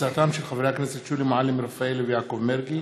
של חברי הכנסת שולי מועלם-רפאלי ויעקב מרגי.